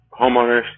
homeowners